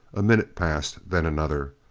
a minute passed. then another.